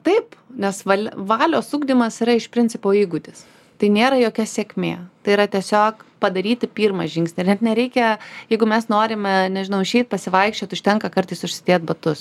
taip nes val valios ugdymas yra iš principo įgūdis tai nėra jokia sėkmė tai yra tiesiog padaryti pirmą žingsnį ir net nereikia jeigu mes norime nežinau išeit pasivaikščiot užtenka kartais užsidėt batus